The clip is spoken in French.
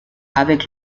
avec